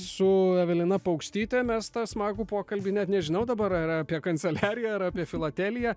su evelina paukštyte mes tą smagų pokalbį net nežinau dabar ar apie kanceliariją ar apie filateliją